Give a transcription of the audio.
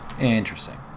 Interesting